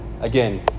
Again